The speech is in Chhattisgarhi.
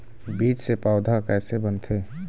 बीज से पौधा कैसे बनथे?